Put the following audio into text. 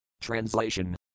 Translation